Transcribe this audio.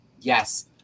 Yes